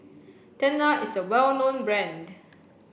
Tena is a well known brand